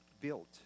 built